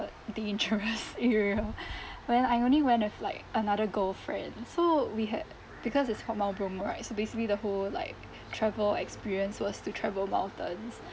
dangerous area when I only went with like another girlfriend so we had because it's called mount bromo right so basically the whole like travel experience was to travel mountains